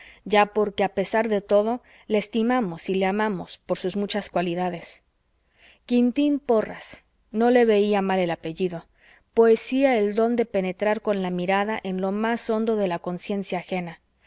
ya porque a pesar de todo le estimamos y le amamos por sus muchas cualidades quintín porras no le venía mal el apellido poseía el don de penetrar con la mirada en lo más hondo de la conciencia ajena